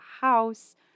house